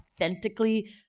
authentically